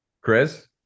Chris